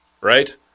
Right